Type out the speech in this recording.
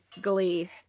Glee